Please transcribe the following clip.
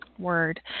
Word